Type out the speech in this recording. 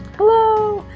hello!